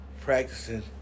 practicing